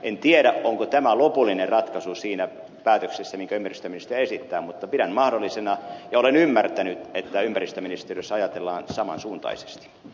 en tiedä onko tämä lopullinen ratkaisu siinä päätöksessä minkä ympäristöministeriö esittää mutta pidän mahdollisena ja olen ymmärtänyt että ympäristöministeriössä ajatellaan saman suuntaisesti